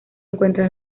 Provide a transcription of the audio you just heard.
encuentran